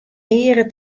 eare